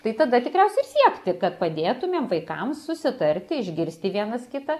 tai tada tikriausiai ir siekti kad padėtumėm vaikams susitarti išgirsti vienas kitą